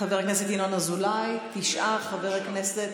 חבר הכנסת ינון אזולאי, תשעה, חבר הכנסת